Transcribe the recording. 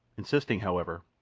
insisting, however,